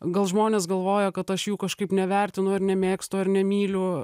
gal žmonės galvoja kad aš jų kažkaip nevertinu ar nemėgstu ar nemyliu